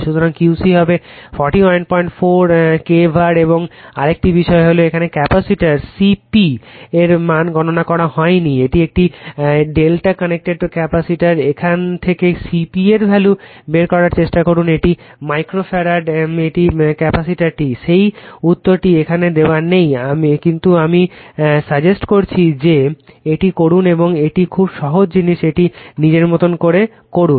সুতরাং Q c হবে 414kVAr এবং আরেকটি বিষয় হল এখানে ক্যাপাসিটর C P এর মান গণনা করা হয়নি এটি একটি ডেল্টা কানেক্টেড ক্যাপাসিটর এখান থেকেও CP এর ভ্যালু বের করার চেষ্টা করুন এটি মাইক্রো ফ্যারাড একটি ক্যাপাসিটি সেই উত্তরটি এখানে দেওয়া নেই কিন্তু আমি সাজেস্ট করছি যে এটি করুন এবং এটি একটি খুব সহজ জিনিস এটি নিজের মতো করে করুন